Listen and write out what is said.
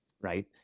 right